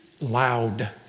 Loud